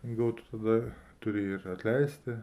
gal tu tada turi ir atleisti